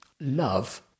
Love